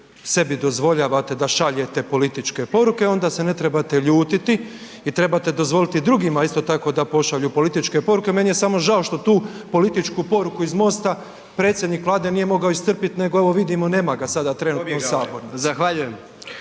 sebi dozvoljavate da šaljete političke poruke onda se ne trebate ljutiti i trebate dozvoliti drugima isto tako da pošalju političke poruke. Meni je samo žao što tu političku poruku iz MOST-a predsjednik Vlade nije mogao istrpiti nego evo vidimo nema ga sada trenutno u sabornici.